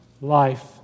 life